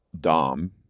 dom